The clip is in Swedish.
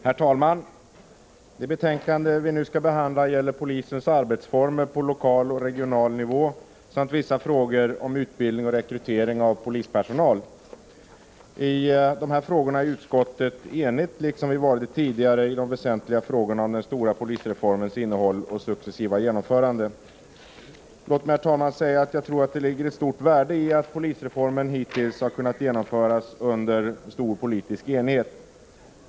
Herr talman! Det betänkande vi nu skall behandla gäller polisens arbetsformer på lokal och regional nivå samt vissa frågor om utbildning och rekrytering av polispersonal. I de här frågorna är vi inom utskottet eniga, liksom vi varit det tidigare när det gällt de väsentliga frågorna och den stora polisreformens innehåll och successiva genomförande. Låt mig säga att jag tror det ligger ett stort värde i att polisreformen hittills har kunnat genomföras under stor politisk enighet.